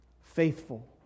faithful